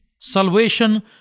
Salvation